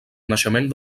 naixement